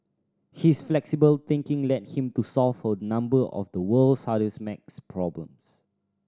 his flexible thinking led him to solve a number of the world's hardest maths problems